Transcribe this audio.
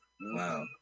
Wow